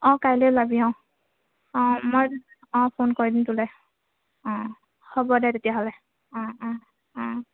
অঁ কাইলৈয়ে ওলাবি অঁ অঁ মই অঁ ফোন কৰিম তোলৈ অঁ হ'ব দে তেতিয়াহ'লে অঁ অঁ অঁ